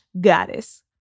goddess